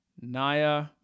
Naya